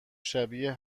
شبیه